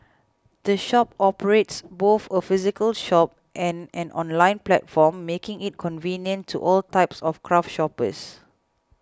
the shop operates both a physical shop and an online platform making it convenient to all types of craft shoppers